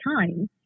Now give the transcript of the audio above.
time